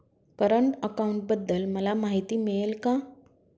Current अकाउंटबद्दल मला माहिती मिळेल का?